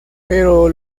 pero